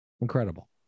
Incredible